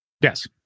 Yes